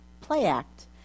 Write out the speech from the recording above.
play-act